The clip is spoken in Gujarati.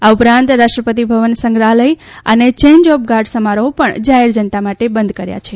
આ ઉપરાંત રાષ્ટ્રપતિભવન સંગ્રહાલય અને યેન્જ ઓફ ગાર્ડ સમારોફ પણ જાહેરજનતા માટે બંધ કર્યા છે